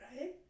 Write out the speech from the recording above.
right